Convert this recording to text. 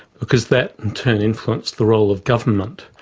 because that in turn influenced the role of government,